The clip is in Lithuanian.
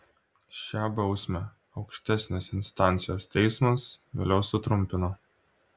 šią bausmę aukštesnės instancijos teismas vėliau sutrumpino